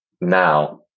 now